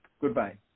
Goodbye